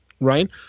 right